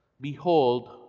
Behold